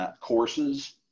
courses